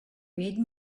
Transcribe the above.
read